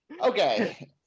Okay